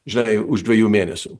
žinai už dviejų mėnesių